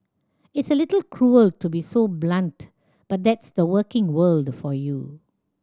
it's a little cruel to be so blunt but that's the working world for you